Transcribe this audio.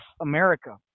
America